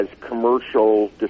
commercial